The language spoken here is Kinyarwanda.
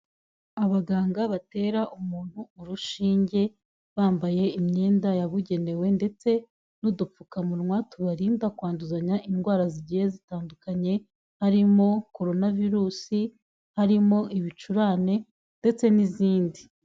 Aabaganga batera umuntu urushinge bambaye imyenda yabugenewe ndetse n'udupfukamunwa tubarinda kwanduzanya indwara zigiye zitandukanye harimo Corona Virusi, harimo ibicurane, ndetse n'izindi.